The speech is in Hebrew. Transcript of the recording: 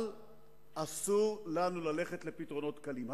אבל אסור ללכת לפתרונות קלים.